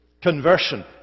conversion